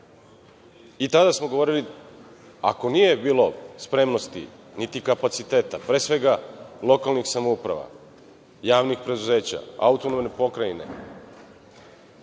Tada smo govorili, ako nije bilo spremnosti i niti kapaciteta, pre svega lokalnih samouprava, javnih preduzeća, AP, da do kraja